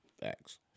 thanks